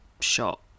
shot